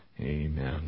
Amen